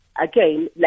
again